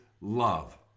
love